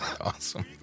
Awesome